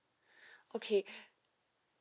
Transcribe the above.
okay